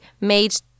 made